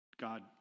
God